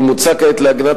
ומוצע כעת לעגנה,